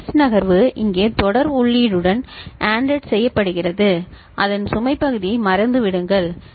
S நகர்வு இங்கே தொடர் உள்ளீடு டன் ANDed செய்யப்படுகிறதுஅதன் சுமை பகுதியை மறந்துவிடுங்கள் சரி